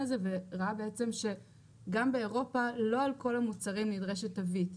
הזה וראה שגם באירופה לא על כל המוצרים נדרשת תווית.